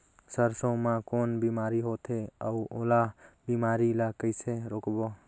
सरसो मा कौन बीमारी होथे अउ ओला बीमारी ला कइसे रोकबो?